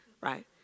right